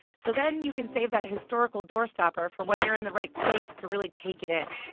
so then you can save that historical doorstopper for when you're in the right place to really take it in